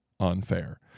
unfair